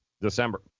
December